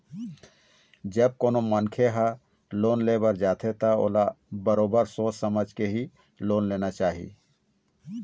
जब कोनो मनखे ह लोन ले बर जाथे त ओला बरोबर सोच समझ के ही लोन लेना चाही